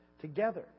Together